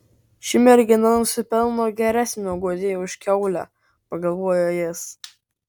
ši mergina nusipelno geresnio guodėjo už kiaulę pagalvojo jis